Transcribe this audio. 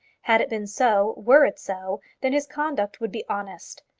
had it been so, were it so, then his conduct would be honest.